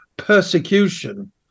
persecution